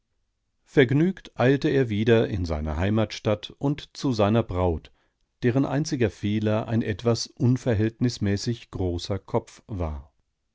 vergnügt eilte er wieder in seine heimatstadt und zu seiner braut deren einziger fehler ein etwas unverhältnismäßig großer kopf war